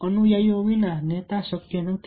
અનુયાયીઓ વિના નેતા અશક્ય છે